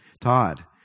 Todd